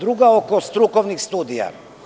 Drugo, oko strukovnih studija.